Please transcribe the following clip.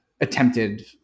attempted